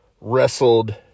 wrestled